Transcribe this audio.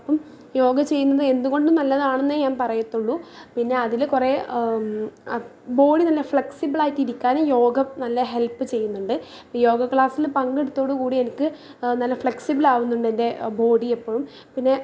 അപ്പം യോഗ ചെയ്യുന്നത് എന്തും കൊണ്ടും നല്ലതാണന്നേ ഞാൻ പറയത്തുള്ളൂ പിന്നെ അതില് കുറെ ബോഡി നല്ല ഫ്ലക്സിബിളായിട്ടിരിക്കാനും യോഗ നല്ല ഹെൽപ്പ് ചെയ്യുന്നുണ്ട് യോഗ ക്ലാസ്സില് പങ്കെടുത്തതോടു കൂടി എനിക്ക് നല്ല ഫ്ലെക്സിബിൽ ആകുന്നുണ്ട് എൻ്റെ ബോഡി എപ്പോഴും പിന്നെ